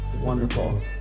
Wonderful